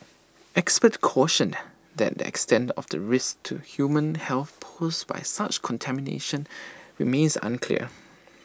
experts cautioned that the extent of the risk to human health posed by such contamination remains unclear